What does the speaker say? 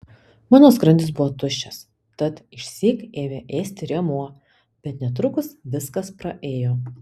mano skrandis buvo tuščias tad išsyk ėmė ėsti rėmuo bet netrukus viskas praėjo